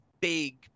big